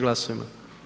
Glasujmo.